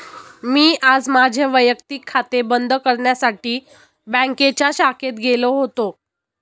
मी आज माझे वैयक्तिक खाते बंद करण्यासाठी बँकेच्या शाखेत गेलो होतो